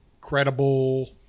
credible